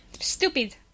Stupid